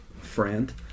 friend